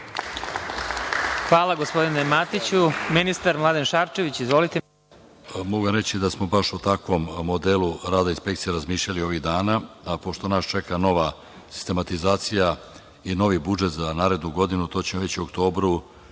Hvala gospodine Matiću. Reč ima ministar, Mladen Šarčević. Izvolite. **Mladen Šarčević** Mogu vam reči da smo baš o takvom modelu rada inspekcije razmišljali ovih dana, a pošto nas čega nova sistematizacija i novi budžet za narednu godinu, to ćemo već u oktobru